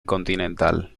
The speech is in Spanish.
continental